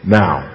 now